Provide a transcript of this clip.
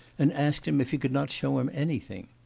and asked him if he could not show him anything.